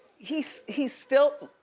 he's he's still,